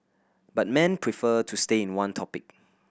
but men prefer to stay in one topic